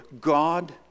God